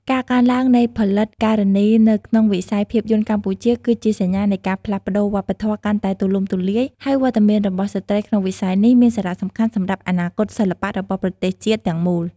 ការកើនឡើងនៃផលិតការនីនៅក្នុងវិស័យភាពយន្តកម្ពុជា គឺជាសញ្ញានៃការផ្លាស់ប្តូរវប្បធម៌កាន់តែទូលំទូលាយ ហើយវត្តមានរបស់ស្ត្រីក្នុងវិស័យនេះមានសារៈសំខាន់សម្រាប់អនាគតសិល្បៈរបស់ប្រទេសជាតិទាំងមូល។